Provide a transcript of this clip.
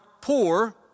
poor